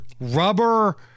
Rubber